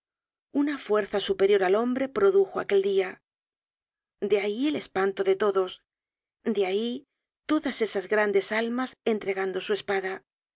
una fuerza superior al hombre produjo aquel dia de ahí el espanto de todos de ahí todas esas grandes almas entregando su espada